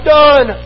done